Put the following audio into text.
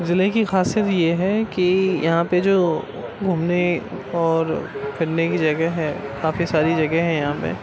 ضلعے کی خاصیت یہ ہے کہ یہاں پہ جو گھومنے اور پھرنے کی جگہ ہے کافی ساری جگہ ہے یہاں پہ